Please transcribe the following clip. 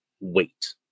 wait